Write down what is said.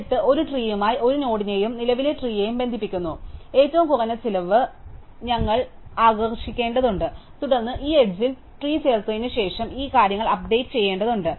എന്നിട്ടും ഒരു ട്രീ യുമായി ഒരു നോഡിനെയും നിലവിലെ ട്രീ യെയും ബന്ധിപ്പിക്കുന്ന ഏറ്റവും കുറഞ്ഞ ചിലവ് ഞങ്ങൾ ആകർഷിക്കേണ്ടതുണ്ട് തുടർന്ന് ഈ അരികിൽ ട്രീ ചേർത്തതിനുശേഷം ഈ കാര്യങ്ങൾ അപ്ഡേറ്റ് ചെയ്യേണ്ടതുണ്ട്